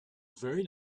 very